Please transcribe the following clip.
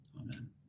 amen